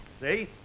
See